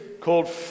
called